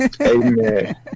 amen